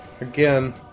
again